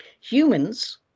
Humans